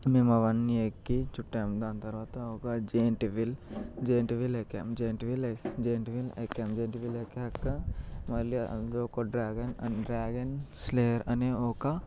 మేము అవన్నీ ఎక్కి చుట్టాము దాని తరువాత ఒక జియింట్ వీల్ జియంట్ వీల్ ఎక్కాము జియంట్ వీల్ జియంట్ వీల్ ఎక్కాము జియంట్ వీల్ ఎక్కాక మళ్ళీ అందులో ఒక డ్రాగన్ అండ్ డ్రాగన్ స్లేయర్ అనే ఒక